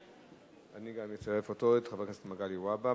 אני גם אצרף את חבר הכנסת מגלי והבה.